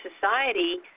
society